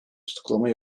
tutuklama